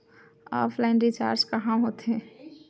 Offline recharge कहां होथे?